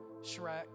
Shrek